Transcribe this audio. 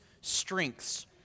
strengths